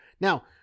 Now